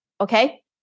okay